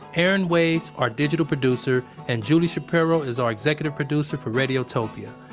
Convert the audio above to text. erin wade's our digital producer and julie shapiro is our executive producer for radiotopia.